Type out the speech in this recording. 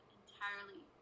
entirely